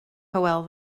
hywel